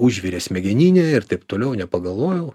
užvirė smegeninėje ir taip toliau nepagalvojau